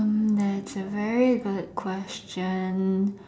that's a very good question